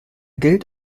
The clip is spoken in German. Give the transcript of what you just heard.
gilt